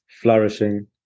flourishing